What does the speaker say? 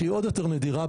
שהיא עוד יותר נדירה,